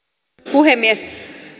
puhemies minä